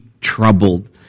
troubled